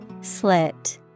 Slit